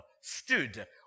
stood